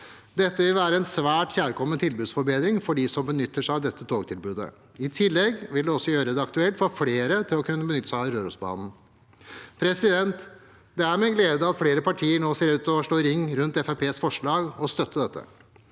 Dette vil være en svært kjærkommen tilbudsforbedring for dem som benytter seg av dette togtilbudet. I tillegg vil det også gjøre det aktuelt for flere å kunne benytte seg av Rørosbanen. Det er gledelig at flere partier nå ser ut til å slå ring rundt Fremskrittspartiets forslag og støtte dette.